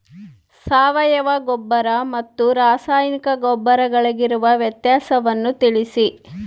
ಸಾವಯವ ಗೊಬ್ಬರ ಮತ್ತು ರಾಸಾಯನಿಕ ಗೊಬ್ಬರಗಳಿಗಿರುವ ವ್ಯತ್ಯಾಸಗಳನ್ನು ತಿಳಿಸಿ?